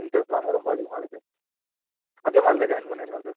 இன்ட்ரெஸ்ட்லாமே ரொம்ப அதிகமாக இருக்கு அதியமானில் ஜாயின் பண்ணிருக்கேன் சார்